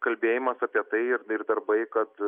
kalbėjimas apie tai ir ir darbai kad